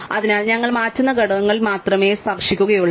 അതിനാൽ ഞങ്ങൾ മാറ്റുന്ന ഘടകങ്ങളിൽ മാത്രമേ ഞങ്ങൾ സ്പർശിക്കുകയുള്ളൂ